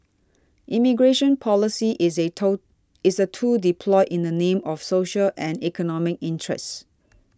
immigration policy is a toe is a tool deployed in the name of social and economic interest